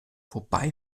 wobei